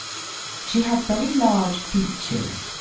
she had very large features,